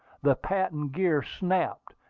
the patent gear snapped,